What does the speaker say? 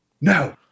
no